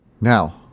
Now